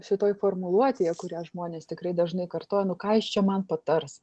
šitoj formuluotėje kurią žmonės tikrai dažnai kartoja nu ką jis čia man patars